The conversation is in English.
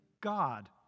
God